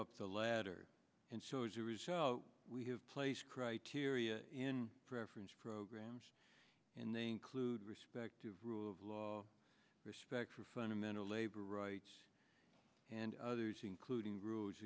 up the ladder and so as a result we have placed criteria in preference programs and they include respective rule of law respect for fundamental labor rights and others including rules